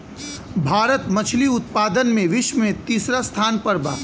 भारत मछली उतपादन में विश्व में तिसरा स्थान पर बा